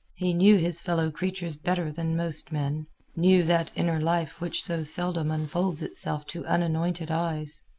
he knew his fellow-creatures better than most men knew that inner life which so seldom unfolds itself to unanointed eyes.